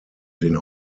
den